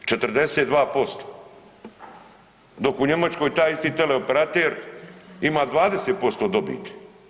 42%, dok u Njemačkoj taj isti teleoperater ima 20% dobiti.